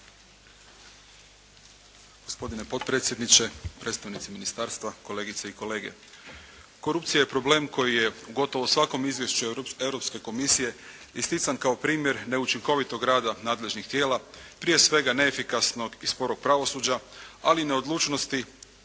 Gospodine potpredsjedniče, predstavnici ministarstva, kolegice i kolege. Korupcija je problem koji je gotovo u svakom izvješću Europske komisije istican kao primjer neučinkovitog rada nadležnih tijela, prije svega neefikasnog i sporog pravosuđa, ali i neodlučnosti